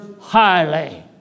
highly